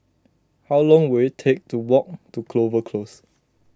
how long will it take to walk to Clover Close